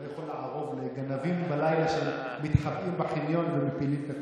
הוא לא יכול לערוב לגנבים בלילה שמתחבאים בחניון ומפילים את הכול.